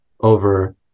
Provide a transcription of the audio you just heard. over